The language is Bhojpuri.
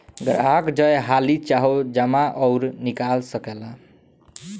ग्राहक जय हाली चाहो जमा अउर निकाल सकेला